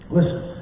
Listen